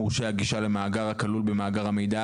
מורשי הגישה למידע הכלול במאגר המידע